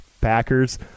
packers